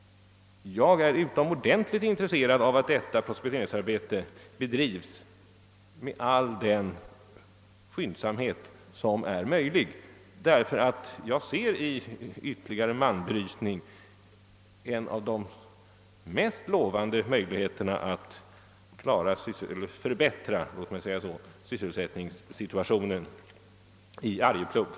Jag är utomordentligt intresserad av att detta prospekteringsarbete bedrivs med all den skyndsamhet som är möjlig, eftersom jag i en utvidgad malmbrytning ser en av de mest lovande möjligheterna att förbättra sysselsättningssituationen i Arjeplog.